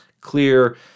clear